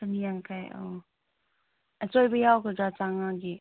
ꯆꯥꯅꯤ ꯌꯥꯡꯈꯩ ꯑꯣ ꯑꯆꯣꯏꯕ ꯌꯥꯎꯒꯗ꯭ꯔꯥ ꯆꯥꯝꯉꯥꯒꯤ